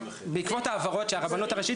בעקבות ההברות של הרבנות הראשית,